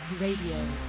Radio